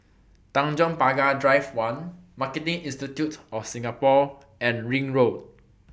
Tanjong Pagar Drive one Marketing Institute of Singapore and Ring Road